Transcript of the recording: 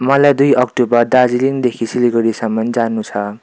मलाई दुई अक्टोबर दार्जिलिङदेखि सिलगढीसम्म जानु छ